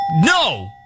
no